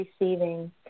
receiving